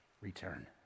return